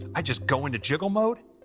i just go into jiggle mode,